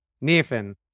nathan